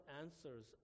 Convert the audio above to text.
answers